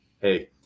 hey